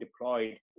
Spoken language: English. deployed